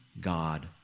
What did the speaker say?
God